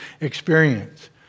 experience